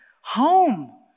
Home